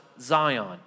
Zion